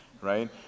right